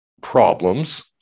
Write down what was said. problems